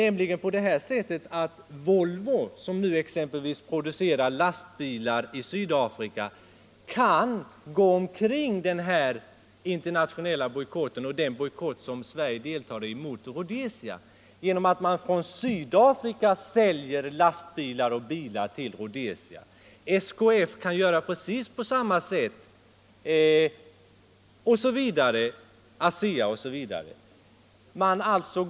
Exempelvis Volvo, som nu producerar lastbilar i Sydafrika, kan kringgå den här internationella bojkotten, som Sverige deltar i, genom att från Sydafrika sälja lastbilar och personbilar till Rhodesia. SKF och ASEA kan göra på precis samma sätt osv.